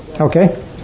Okay